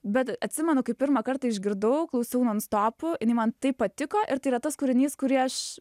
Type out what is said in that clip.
bet atsimenu kai pirmą kartą išgirdau klausiau non stopu man tai patiko ir tai yra tas kūrinys kurį aš